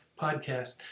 podcast